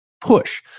push